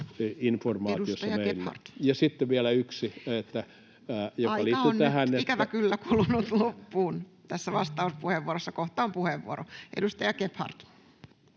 [Puhemies: Aika!] Ja sitten vielä yksi... Aika on nyt ikävä kyllä kulunut loppuun tässä vastauspuheenvuorossa. Kohta on puheenvuoro. — Edustaja Gebhard.